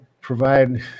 provide